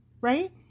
Right